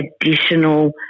additional